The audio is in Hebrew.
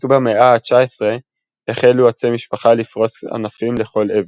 רק במאה ה-19 החלו עצי משפחה לפרוש ענפים לכל עבר.